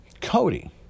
Cody